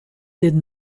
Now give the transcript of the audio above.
did